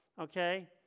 okay